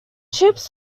ships